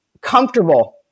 comfortable